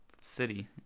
city